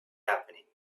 happening